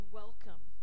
welcome